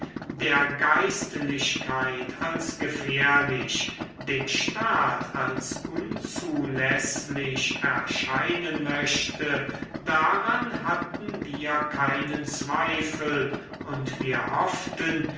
der geistlichkeit als gefährlich dem staat als unzuläßlich erscheinen möchte daran hatten wir keinen zweifel und wir hofften